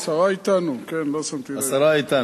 אה, השרה אתנו, לא שמתי לב, מצוין.